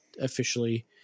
officially